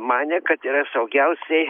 manė kad yra saugiausiai